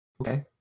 Okay